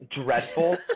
dreadful